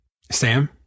Sam